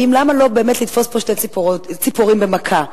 למה לא באמת לתפוס פה שתי ציפורים במכה?